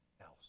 else